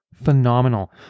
phenomenal